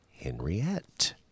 Henriette